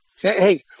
Hey